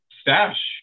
Stash